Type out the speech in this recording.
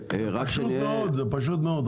זה פשוט מאוד,